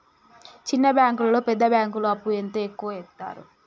చిన్న బ్యాంకులలో పెద్ద బ్యాంకులో అప్పు ఎంత ఎక్కువ యిత్తరు?